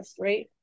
right